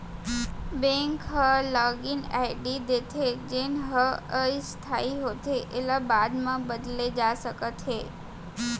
bank ह login ID देथे जेन ह अस्थाई होथे एला बाद म बदले जा सकत हे